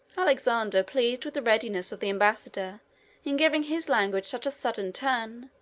alexander, pleased with the readiness of the embassador in giving his language such a sudden turn,